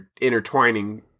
intertwining